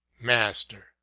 Master